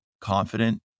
confident